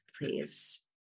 please